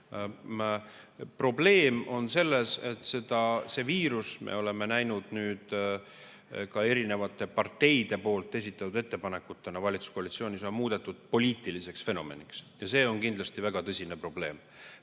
Probleem on selles, et see viirus – me oleme näinud ka eri parteide esitatud ettepanekuid valitsuskoalitsioonis – on muudetud poliitiliseks fenomeniks. See on kindlasti väga tõsine probleem.